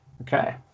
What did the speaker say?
Okay